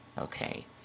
Okay